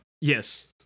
Yes